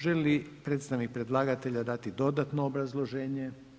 Želi li predstavnik predlagatelja dati dodatno obrazloženje?